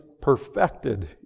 perfected